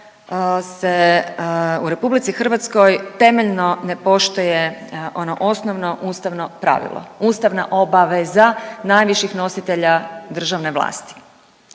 se u RH temeljno ne poštuje ono ustavno pravilo, ustavna obaveza najviših nositelja državnih vlasti.